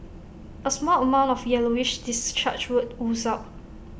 A small amount of yellowish discharge would ooze out